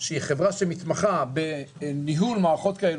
שהיא חברה שמתמחה בניהול מערכות כאלה,